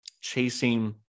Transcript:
chasing